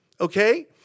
Okay